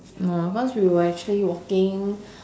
no cause we were actually walking